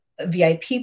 VIP